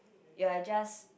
you're just